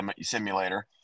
simulator